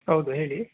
ಹೌದು ಹೇಳಿ